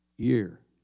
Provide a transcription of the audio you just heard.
year